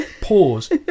Pause